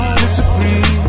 disagree